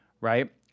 right